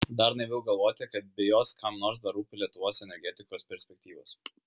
dar naiviau galvoti kad be jos kam nors dar rūpi lietuvos energetikos perspektyvos